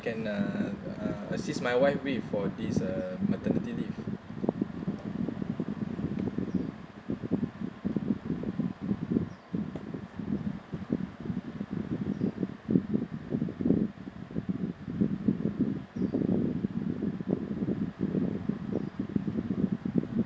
can uh uh assist my wife with for this uh maternity